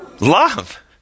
Love